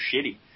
shitty